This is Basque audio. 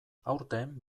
aurten